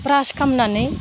ब्रास खालामनानै